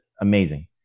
amazing